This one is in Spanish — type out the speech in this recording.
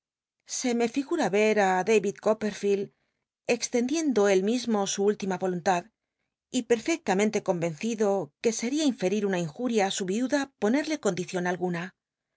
se me figura ver á david copperfield extendiendo él mismo su üllima eneido que seria inoluntad y perfectamente convencido que sería inferir una injuria á su iuda ponerle condicion alguna